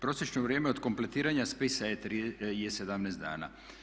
Prosječno vrijeme od kompletiranja spisa je 17 dana.